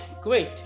great